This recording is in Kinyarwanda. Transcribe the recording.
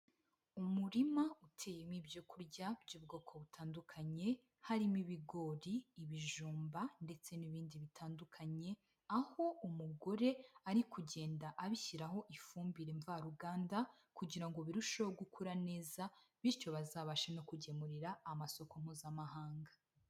Umurima uteyemo ibyo kurya by'ubwoko butandukanye harimo ibigori, ibijumba, ndetse n'ibindi bitandukanye aho umugore ari kugenda abishyiraho ifumbire mvaruganda kugira ngo birusheho gukura neza, bityo bazabashe no kugemurira amasoko mpuzamahanga.